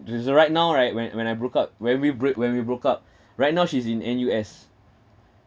right now right when when I broke up when we break when we broke up right now she's in N_U_S